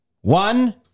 one